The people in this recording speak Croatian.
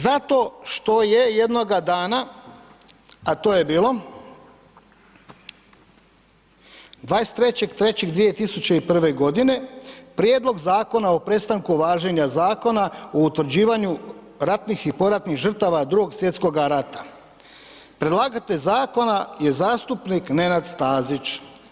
Zato što je jednoga dana, a to je bilo, 23.3.2001. godine prijedlog Zakona o prestanku važenja Zakona o utvrđivanju ratnih i poratnih žrtava Drugog svjetskog rata, predlagatelj zakona je zastupnik Nenad Stazić.